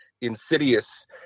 insidious